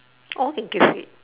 all can keep fit